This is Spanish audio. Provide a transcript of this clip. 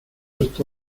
está